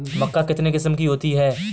मक्का कितने किस्म की होती है?